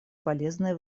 полезные